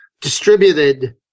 distributed